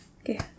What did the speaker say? Okay